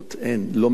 לא ממני,